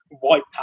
white